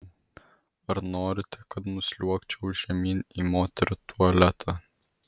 ar norite kad nusliuogčiau žemyn į moterų tualetą